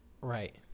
Right